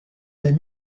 des